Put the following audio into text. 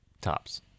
Tops